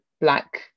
black